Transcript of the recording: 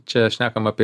čia šnekam apie